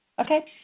Okay